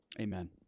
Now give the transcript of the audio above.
Amen